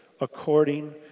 according